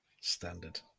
Standard